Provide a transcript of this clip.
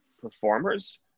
performers